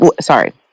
Sorry